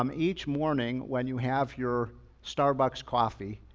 um each morning when you have your starbucks coffee,